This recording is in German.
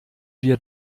wir